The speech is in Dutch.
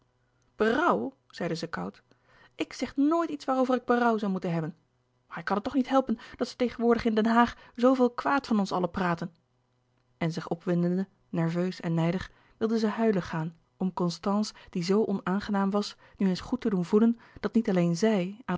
zeide zij koud ik zeg nooit iets waarover ik berouw zoû moeten hebben maar ik kan het toch niet helpen dat ze tegenwoordig in den haag zooveel kwaad van ons allen praten en zich opwindende nerveus en nijdig wilde zij huilen gaan om constance die zoo onaangenaam was nu eens goed te doen voelen louis couperus de boeken der kleine zielen dat niet alleen zij